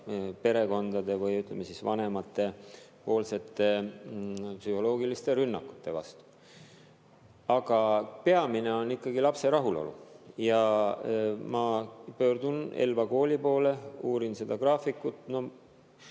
perekondade või vanemate psühholoogiliste rünnakute vastu. Aga peamine on ikkagi lapse rahulolu. Ma pöördun Elva kooli poole ja uurin seda graafikut.